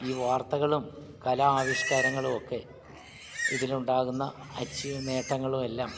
ഈ വാർത്തകളും കലാ ആവിഷ്കാരങ്ങളുമൊക്കെ ഇതിലുണ്ടാകുന്ന അച്ചീവ് നേട്ടങ്ങളുമെല്ലാം